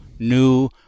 New